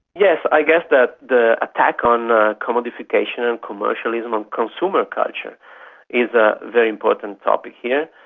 yes, i guess that the attack on commodification and commercialism and consumer culture is a very important topic here.